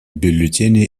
бюллетени